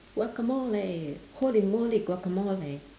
guacamole holy moly guacamole